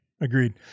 Agreed